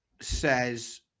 says